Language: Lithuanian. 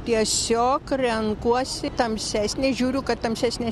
tiesiog renkuosi tamsesnį žiūriu kad tamsesnė